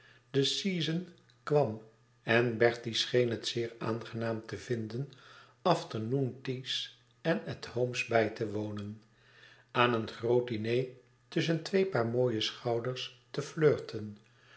de season kwam en bertie scheen het zeer aangenaam te vinden afternoon teas en at homes bij te wonen aan een groot diner tusschen twee paar mooie schouders te